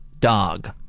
dog